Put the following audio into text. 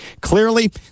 Clearly